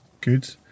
good